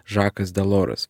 žakas daloras